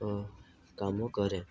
ଓ କାମ କରେ